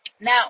Now